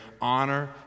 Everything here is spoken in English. honor